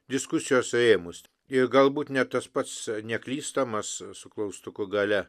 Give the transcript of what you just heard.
diskusijos rėmus ir galbūt net tas pats neklystamas su klaustuku gale